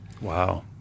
Wow